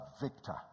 victor